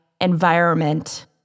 environment